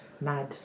Mad